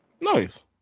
Nice